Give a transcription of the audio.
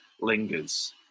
lingers